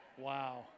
wow